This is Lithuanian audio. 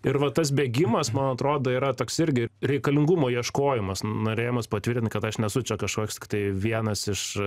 ir va tas bėgimas man atrodo yra toks irgi reikalingumo ieškojimas norėjimas patvirtint kad aš nesu čia kažkoks tiktai vienas iš